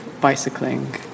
Bicycling